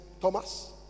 Thomas